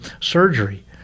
surgery